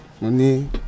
Money